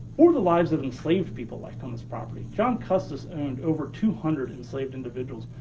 were the lives of enslaved people like on this property? john custis owned over two hundred enslaved individuals.